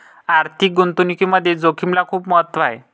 आर्थिक गुंतवणुकीमध्ये जोखिमेला खूप महत्त्व आहे